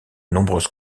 nombreuses